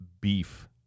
beef